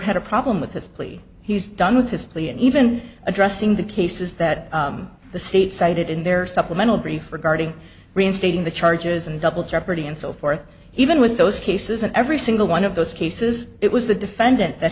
had a problem with his plea he's done with his plea and even addressing the cases that the state cited in their supplemental brief regarding reinstating the charges and double jeopardy and so forth even with those cases and every single one of those cases it was the defendant that